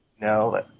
No